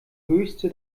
höchste